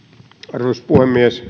arvoisa puhemies